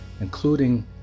including